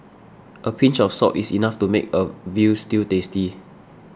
a pinch of salt is enough to make a Veal Stew tasty